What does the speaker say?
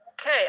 okay